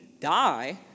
die